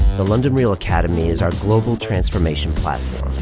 the london real academy is our global transformation platform.